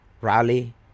rally